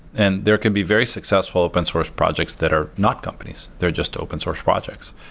and there can be very successful open source projects that are not companies. they're just open source projects.